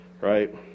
right